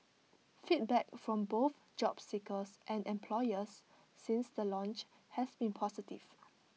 feedback from both job seekers and employers since the launch has been positive